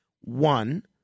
One